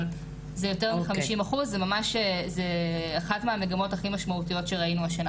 זה יותר מ-50 אחוז זה אחת מהמגמות הכי משמעותיות שראינו השנה,